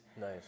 nice